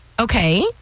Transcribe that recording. Okay